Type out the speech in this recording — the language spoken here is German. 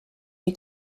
die